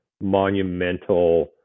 monumental